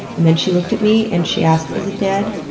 and then she looked at me and she asked, is it dead?